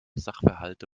sachverhalte